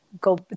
go